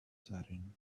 setting